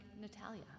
Natalia